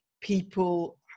people